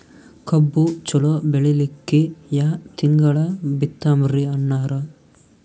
ಕಬ್ಬು ಚಲೋ ಬೆಳಿಲಿಕ್ಕಿ ಯಾ ತಿಂಗಳ ಬಿತ್ತಮ್ರೀ ಅಣ್ಣಾರ?